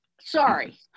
Sorry